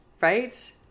Right